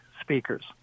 speakers